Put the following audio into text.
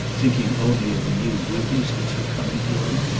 thinking only of the new duties which were coming to him.